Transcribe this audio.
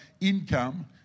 income